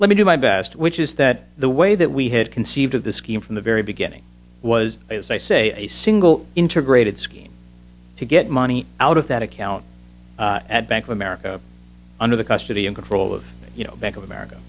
let me do my best which is that the way that we had conceived of the scheme from the very beginning was as i say a single integrated scheme to get money out of that account at bank of america under the custody and control of you know bank of america